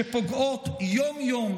שפוגעות יום-יום,